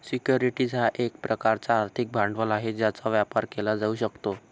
securities हा एक प्रकारचा आर्थिक भांडवल आहे ज्याचा व्यापार केला जाऊ शकतो